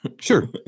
Sure